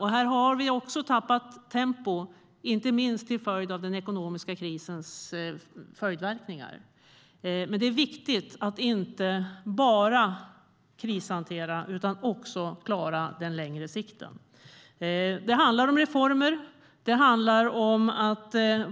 Här har vi också tappat tempo, inte minst på grund av den ekonomiska krisens följdverkningar. Det är viktigt att inte bara krishantera utan också att klara utvecklingen på längre sikt. Det handlar om reformer.